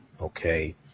okay